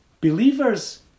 Believers